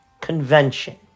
Convention